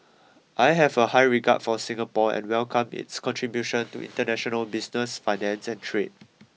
I have a high regard for Singapore and welcome its contribution to international business finance and trade